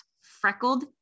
freckled